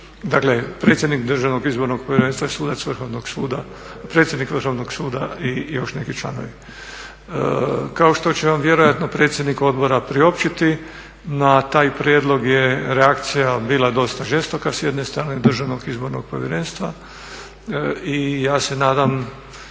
Dakle, predsjednik Državnog izbornog povjerenstva je sudac Vrhovnog suda, predsjednik Vrhovnog suda i još neki članovi. Kao što će vam vjerojatno predsjednik odbora priopćiti na taj prijedlog je reakcija bila dosta žestoka s jedne strane Državnog izbornog povjerenstva. I ja se nadam